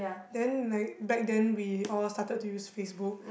then like back then we all started to use Facebook